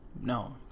No